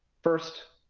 first,